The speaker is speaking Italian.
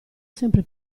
sempre